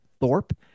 Thorpe